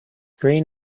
green